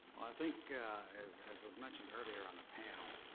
i think, as as was mentioned earlier on the panel,